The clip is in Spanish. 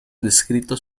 descritos